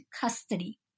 custody